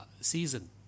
season